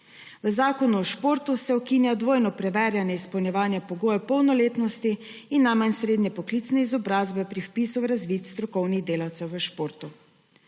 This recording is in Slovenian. V Zakonu o športu se ukinja dvojno preverjanje izpolnjevanja pogojev polnoletnosti in najmanj srednje poklicne izobrazbe pri vpisu v razvid strokovnih delavcev v športu.